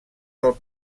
del